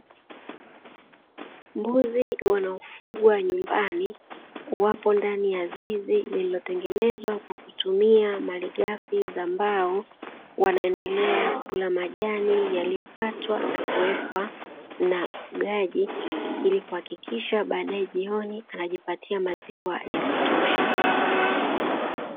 Mbuzi wanaofugwa nyumbani, wapo ndani ya zizi lililotengenezwa kwa kutumia malighafi za mbao, wanaendelea kula majani yaliyokatwa na kuwekwa na mfugaji, ili kuhakikisha baadaye jioni anajipatia maziwa ya kutosha.